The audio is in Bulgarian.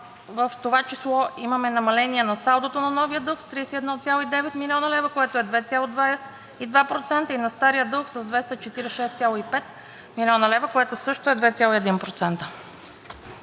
в това число имаме намаление на салдото на новия дълг с 31,9 млн. лв., което е 2,2%, и на стария дълг с 246,5 млн. лв., което също е 2,1%.